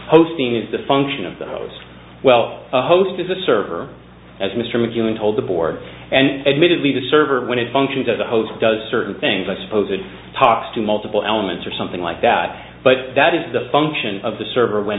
hosting is the function of those well the host is a server as mr mcewen told the board and admittedly the server when it functions as a host does certain things i suppose it talks to multiple elements or something like that but that is the function of the server when